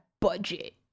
budget